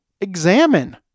Examine